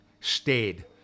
stayed